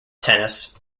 tennis